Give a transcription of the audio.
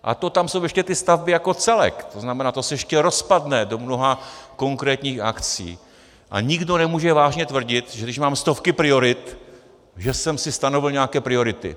A to tam jsou ještě ty stavby jako celek, to znamená, to se ještě rozpadne do mnoha konkrétních akcí, a nikdo nemůže vážně tvrdit, že když mám stovky priorit, že jsem si stanovil nějaké priority.